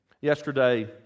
Yesterday